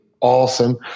awesome